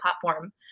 platform